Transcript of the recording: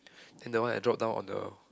then the one I drop down on the